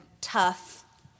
tough